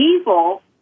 evil